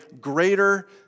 greater